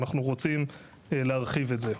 ואנחנו רוצים להרחיב את זה.